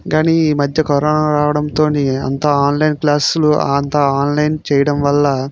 కాని ఈ మధ్య కరోనా రావడంతో అంతా ఆన్లైన్ క్లాస్లు అంతా ఆన్లైన్ చేయడం వల్ల